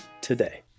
today